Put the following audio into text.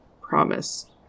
Promise